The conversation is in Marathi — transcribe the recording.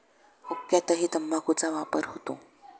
हुक्क्यातही तंबाखूचा वापर होतो